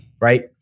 right